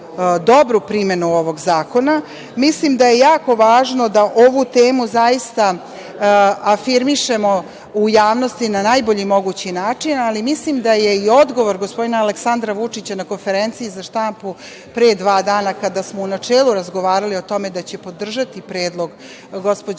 dobru primenu ovog zakona. Mislim da je jako važno da ovu temu zaista afirmišemo u javnosti na najbolji mogući način, ali mislim da je i odgovor gospodina Aleksandra Vučića na konferenciji za štampu pre dva dana kada smo u načelu razgovarali o tome da će podržati predlog gospođe